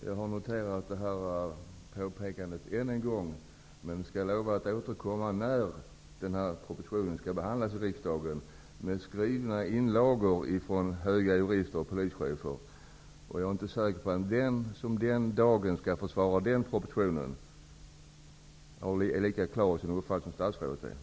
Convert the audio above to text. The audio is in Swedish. Herr talman! Jag har noterat detta påpekande än en gång. Men jag lovar att jag skall återkomma till frågan när propositionen skall behandlas i riksdagen med skrivna inlagor från höga jurister och polischefer. Jag är inte säker på att den som då skall försvara propositionen kommer att vara lika klar i sin uppfattning som statsrådet nu är.